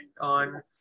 on